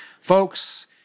folks